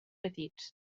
petits